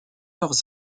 leurs